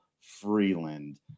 Freeland